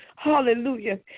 Hallelujah